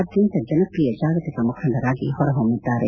ಅತ್ಯಂತ ಜನಪ್ರಿಯ ಜಾಗತಿಕ ಮುಖಂಡರಾಗಿ ಹೊರಹೊಮ್ಖಿದ್ದಾರೆ